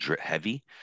Heavy